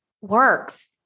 works